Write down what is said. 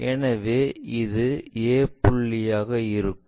எனவே இது a புள்ளியாக இருக்கும்